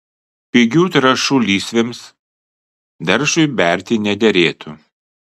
pigių trąšų lysvėms daržui berti nederėtų